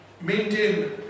maintain